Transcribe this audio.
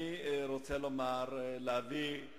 אני רוצה להביא,